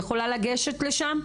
יכולה לגשת לשם?